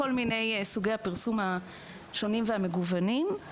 כל סוגי הפרסום השונים והמגוונים.